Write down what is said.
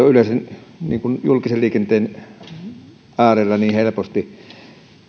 yleensä julkisen liikenteen äärellä niin helposti